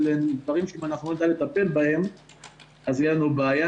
דברים שאם לא נדע לטפל בהם אז תהיה לנו בעיה,